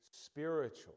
spiritual